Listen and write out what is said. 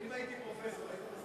אם הייתי פרופסור היית מזכיר אותי?